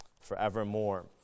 forevermore